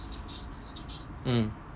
mm